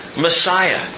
Messiah